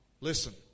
listen